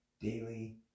daily